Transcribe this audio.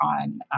on